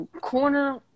corner